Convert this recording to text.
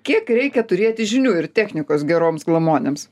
kiek reikia turėti žinių ir technikos geroms glamonėms